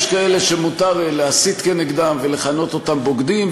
יש כאלה שמותר להסית נגדם ולכנות אותם בוגדים,